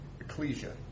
Ecclesia